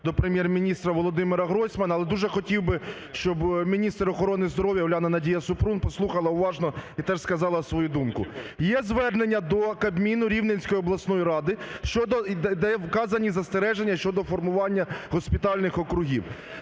до Прем'єр-міністра Володимира Гройсмана. Але дуже хотів би, щоб міністр охорони здоров'я Уляна Надія Супрун послухала уважно і теж сказала свою думку. Є звернення до Кабміну Рівненської обласної ради щодо… де вказані застереження щодо формування госпітальних округів.